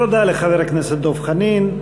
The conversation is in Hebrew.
תודה לחבר הכנסת דב חנין.